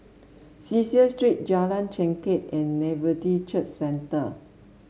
Cecil Street Jalan Chengkek and Nativity Church Centre